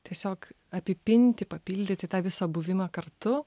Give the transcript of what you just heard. tiesiog apipinti papildyti tą visą buvimą kartu